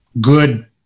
good